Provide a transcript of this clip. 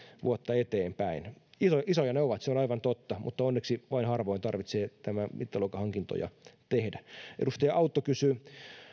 vuotta eteenpäin isoja isoja ne ovat se on aivan totta mutta onneksi vain harvoin tarvitsee tämän mittaluokan hankintoja tehdä edustaja autto kysyi